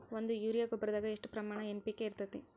ಒಂದು ಯೂರಿಯಾ ಗೊಬ್ಬರದಾಗ್ ಎಷ್ಟ ಪ್ರಮಾಣ ಎನ್.ಪಿ.ಕೆ ಇರತೇತಿ?